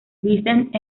vincent